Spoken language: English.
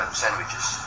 sandwiches